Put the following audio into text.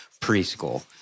preschool